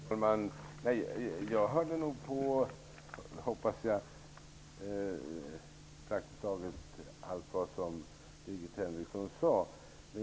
Herr talman! Jag hörde nog -- hoppas jag -- praktiskt taget allt vad Birgit Henriksson sade.